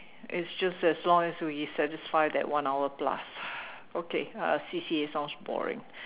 it's just as long as we satisfy that one hour plus okay uh C_C_A sounds boring